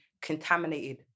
contaminated